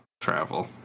travel